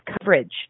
coverage